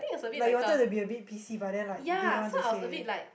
like you wanted to be a bit P_C but then like didn't want to say